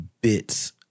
bits